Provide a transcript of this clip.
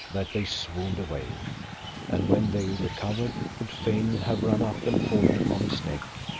that they swooned away and when they recovered, would fain have run up and fallen upon his neck,